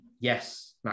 Yes